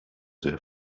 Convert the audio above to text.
sehr